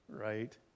right